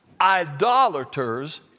idolaters